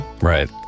Right